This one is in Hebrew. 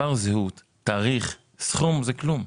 מספר זהות, תאריך, סכום זה כלום,